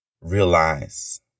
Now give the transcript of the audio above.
realize